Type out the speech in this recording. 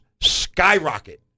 skyrocket